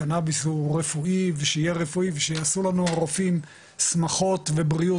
קנאביס הוא רפואי ושיעשו לנו הרופאים שמחות ובריאות